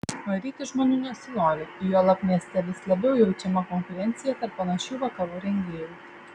varyti žmonių nesinori juolab mieste vis labiau jaučiama konkurencija tarp panašių vakarų rengėjų